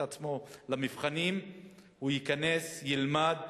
כמו שאברהם אבינו הלך בין ירושלים לשכם או בין ירושלים לחברון,